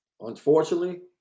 unfortunately –